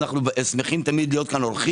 אנו תמיד גם שמחים להיות פה אורחים.